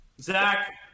Zach